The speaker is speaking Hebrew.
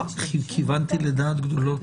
טוב, כיוונתי לדעת גדולות.